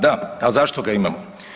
Da, ali zašto ga imamo?